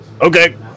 Okay